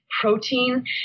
protein